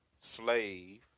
slave